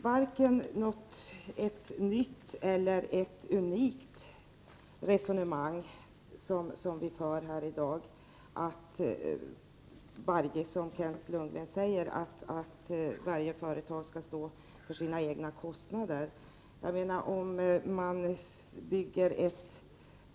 Herr talman! Det resonemang som vi för här i dag om att varje företag — som Kent Lundgren säger — skall stå för sina egna kostnader är varken nytt eller unikt.